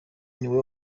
niwe